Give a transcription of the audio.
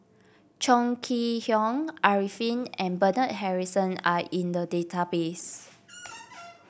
Chong Kee Hiong Arifin and Bernard Harrison are in the database